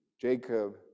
Jacob